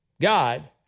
God